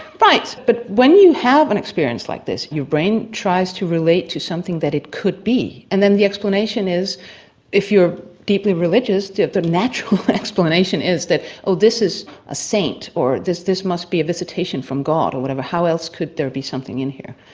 right. but when you have an experience like this your brain tries to relate to something that it could be, and then the explanation is if you're deeply religious the natural explanation is that oh this is a saint, or this this must be a visitation from god or whatever, how else could there be something in here?